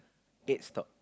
eight stop